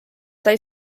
sai